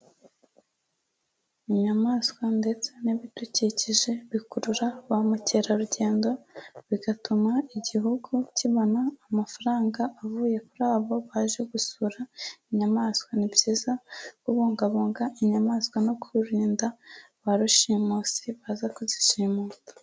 Inyamaswa ndetse n'ibidukikije bikurura ba mukerarugendo, bigatuma igihugu kibona amafaranga avuye kuri abo baje gusura inyamaswa. Ni byiza kubungabunga inyamaswa no kurinda ba rushimusi baza kuzishimuta.